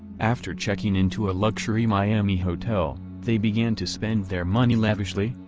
after checking in to a luxury miami hotel, they began to spend their money lavishly,